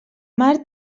mar